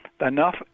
enough